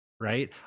right